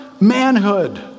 manhood